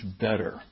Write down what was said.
better